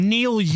Neil